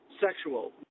sexual